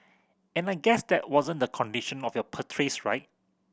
and I guess that wasn't the condition of your right